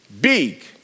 big